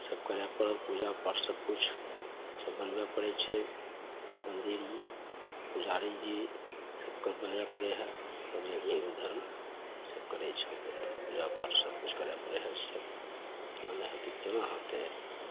ईसब करै पड़ल पूजापाठ सबकिछु ईसब बनबै पड़ै छै मन्दिर ई पुजारीजी सभकेँ बोलै पड़ै हइ अपना हिन्दू धर्ममे ईसब करै छौँ पूजापाठ सबकिछु करै पड़ै हइ ईसब नहि तऽ कोना होतै